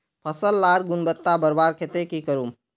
फसल लार गुणवत्ता बढ़वार केते की करूम?